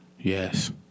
Yes